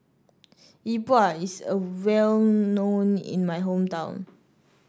E Bua is well known in my hometown